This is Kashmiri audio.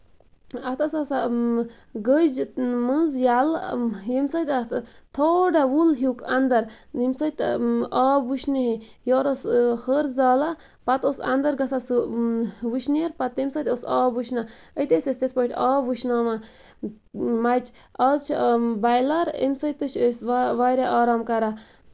اَتھ ٲسۍ آسان گٔجۍ منٛز یَلہٕ ییٚمہِ سۭتۍ اَتھ تھوڑا وُل ہیٚو اَندر ییٚمہِ سۭتۍ آب وُشنہِ ہے یورٕ ٲسۍ ۂر زالان پَتہٕ اوس اَندر گژھُن سُہ وُشنیر پَتہٕ تَمہِ سۭتۍ اوس آب وُشنان أتے ٲسۍ أسۍ تِتھ پٲٹھۍ آب وُشناوان مَچہِ آز چھُ بۄیلَر اَمہِ سۭتۍ تہِ چھِ أسۍ واریاہ آرام کران